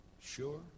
sure